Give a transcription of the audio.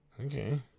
Okay